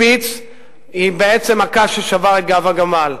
היא בעצם הקש ששבר את גב הגמל.